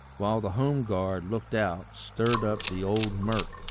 while the home-guard looked out, stirred up the old murk,